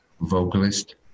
vocalist